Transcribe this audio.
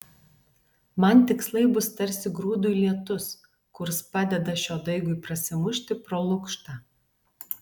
man tikslai bus tarsi grūdui lietus kurs padeda šio daigui prasimušti pro lukštą